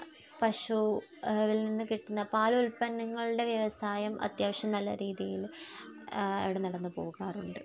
പശു അവയിൽ നിന്ന് കിട്ടുന്ന പാൽ ഉല്പന്നങ്ങളുടെ വ്യവസായം അത്യാവശ്യം നല്ല രീതിയിൽ ഇവിടെ നടന്ന് പോകാറുണ്ട്